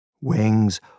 Wings